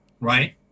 right